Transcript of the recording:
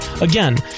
Again